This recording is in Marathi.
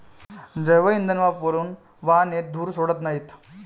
जैवइंधन वापरून वाहने धूर सोडत नाहीत